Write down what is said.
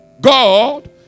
God